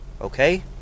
okay